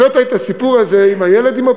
הבאת את הסיפור הזה של הילד עם ה"פולקע"